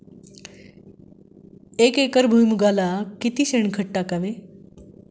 एक एकर भुईमुगाला किती शेणखत टाकावे?